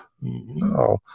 no